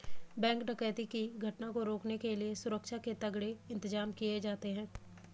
bank डकैती की घटना को रोकने के लिए सुरक्षा के तगड़े इंतजाम किए जाते हैं